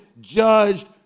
judged